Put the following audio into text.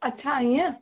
अच्छा ईअं